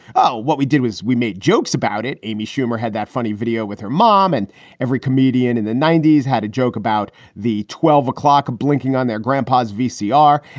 what we did was we made jokes about it. amy schumer had that funny video with her mom, and every comedian in the ninety s had a joke about the twelve o'clock blinking on their grandpa's vcr.